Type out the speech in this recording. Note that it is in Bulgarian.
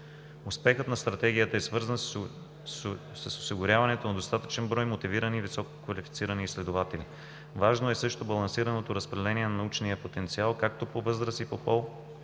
Успехът на Стратегията е свързан с осигуряването на достатъчен брой мотивирани и висококвалифицирани изследователи. Важно е също балансираното разпределение на научния потенциал както по възраст и по пол,